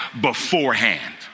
beforehand